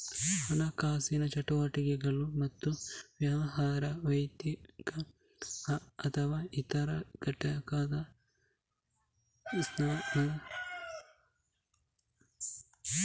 ಹಣಕಾಸಿನ ಚಟುವಟಿಕೆಗಳು ಮತ್ತು ವ್ಯವಹಾರ, ವ್ಯಕ್ತಿ ಅಥವಾ ಇತರ ಘಟಕದ ಸ್ಥಾನದ ಔಪಚಾರಿಕ ದಾಖಲೆಗಳಾಗಿವೆ